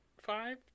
Five